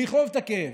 ולכאוב את הכאב,